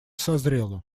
созрело